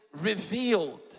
revealed